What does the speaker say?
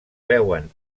veuen